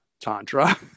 Tantra